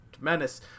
Menace